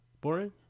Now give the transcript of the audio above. Boring